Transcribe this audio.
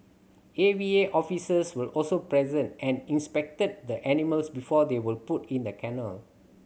A V A officers were also present and inspected the animals before they were put in the kennel